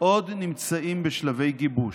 עוד נמצאים בשלבי גיבוש.